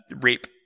rape